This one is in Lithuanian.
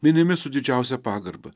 minimi su didžiausia pagarba